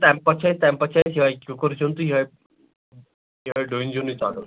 تمہِ پتہٕ چھُ اسہِ تمہِ پتہٕ چھُ اسہِ یِہَے کِکُر زِیُن تہٕ یِہَے یِہَے ڈوٗنۍ زِینُے ژٹُن